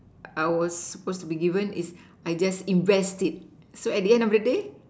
I would supposed to be given is I just invest it so at the end of the day